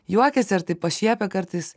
juokiasi ar taip pašiepia kartais